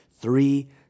Three